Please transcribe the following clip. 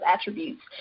attributes